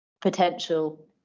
potential